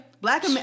black